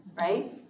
right